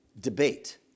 Debate